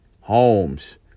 homes